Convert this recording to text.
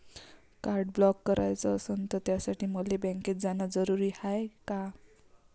Card block कराच असनं त त्यासाठी मले बँकेत जानं जरुरी हाय का?